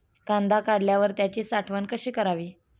कांदा काढल्यावर त्याची साठवण कशी करावी?